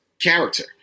character